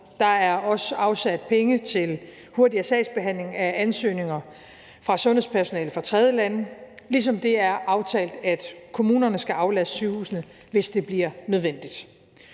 Der er også afsat penge til hurtigere sagsbehandling af ansøgninger fra sundhedspersonale fra tredjelande, ligesom det er aftalt, at kommunerne skal aflaste sygehusene, hvis det bliver nødvendigt.